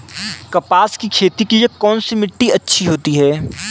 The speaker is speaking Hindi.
कपास की खेती के लिए कौन सी मिट्टी अच्छी होती है?